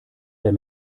der